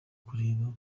kureba